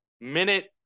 minute